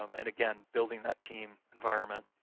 um and, again, building that team environment.